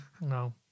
No